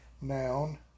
noun